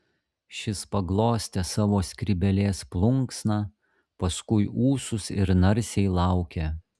šis paglostė savo skrybėlės plunksną paskui ūsus ir narsiai laukė